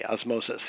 osmosis